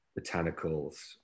botanicals